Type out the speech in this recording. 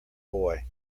boy